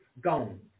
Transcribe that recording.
gone